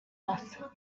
past